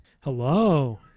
Hello